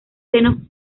seno